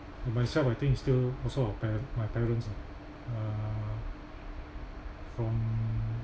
for myself I think it's still also our par~ my parents ah uh from